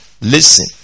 Listen